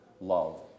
love